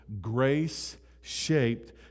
grace-shaped